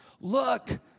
Look